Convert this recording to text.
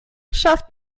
schafft